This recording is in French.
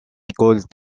école